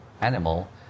animal